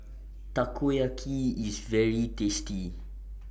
Takoyaki IS very tasty